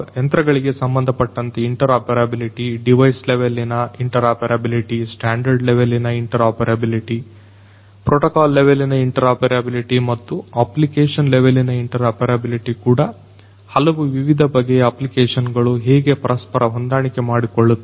ಯಂತ್ರಗಳಿಗೆ ಸಂಬಂಧಪಟ್ಟಂತೆ interoperability device ಲೆವೆಲ್ಲಿನ ಇಂಟರ್ ಆಪರೆಬಲಿಟಿ ಸ್ಟ್ಯಾಂಡರ್ಡ್ ಲೆವೆಲ್ಲಿನ ಇಂಟರ್ ಆಪರೆಬಲಿಟಿ ಪ್ರೋಟೋಕಾಲ್ ಲೆವೆಲ್ಲಿನ ಇಂಟರ್ ಆಪರೆಬಲಿಟಿ ಮುತ್ತು ಅಪ್ಲಿಕೇಶನ್ ಲೆವೆಲ್ಲಿನ ಇಂಟರ್ ಆಪರೆಬಲಿಟಿ ಕೂಡ ಹಲವು ವಿವಿಧ ಬಗೆಯ ಅಪ್ಲಿಕೇಶನ್ ಗಳು ಹೇಗೆ ಪರಸ್ಪರ ಹೊಂದಾಣಿಕೆ ಮಾಡಿಕೊಳ್ಳುತ್ತದೆ